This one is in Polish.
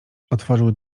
otworzył